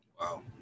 Wow